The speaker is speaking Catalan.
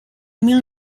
mil